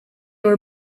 were